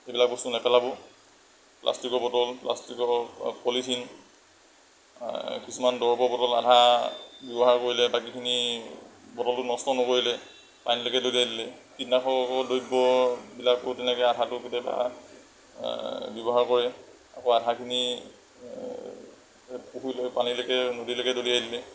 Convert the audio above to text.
সেইবিলাক বস্তু নেপেলাব প্লাষ্টিকৰ বটল প্লাষ্টিকৰ পলিথিন কিছুমান দৰৱৰ বটল আধা ব্যৱহাৰ কৰিলে বাকীখিনি বটলটো নষ্ট নকৰিলে পানীলৈকে দলিয়াই দিলে কীটনাশক আকৌ দ্ৰব্যবিলাকো তেনেকৈ আধাটো কেতিয়াবা ব্যৱহাৰ কৰে আকৌ আধাখিনি পুখুৰীলৈ পানীলৈকে নদীলৈকে দলিয়াই দিলে